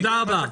תודה רבה.